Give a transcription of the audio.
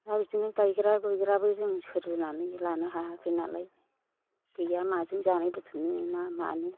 दा बिदिनो गायग्रा गुयग्राबो जों सोरजिनानै लानो हायाखैनालाय गैया माजों जानो बेखौनो ना मानो